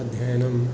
अध्ययनम्